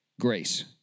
Grace